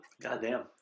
Goddamn